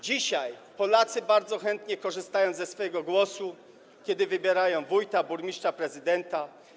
Dzisiaj Polacy bardzo chętnie korzystają ze swojego głosu, kiedy wybierają wójta, burmistrza, prezydenta.